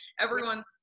everyone's